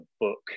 book